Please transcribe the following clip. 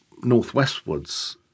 northwestwards